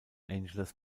angeles